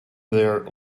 there